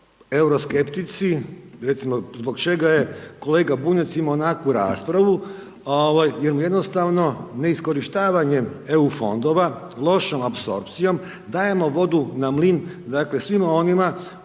recimo, zbog čega je kolega Bunjac imao onakvu raspravu, jer mu jednostavno neiskorištavanjem EU fondova, lošom apsorpcijom, dajemo vodu na mlin, dakle, svima onima